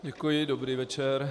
Děkuji, dobrý večer.